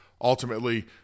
ultimately